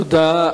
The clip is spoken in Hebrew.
תודה.